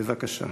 בבקשה.